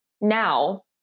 now